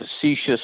facetious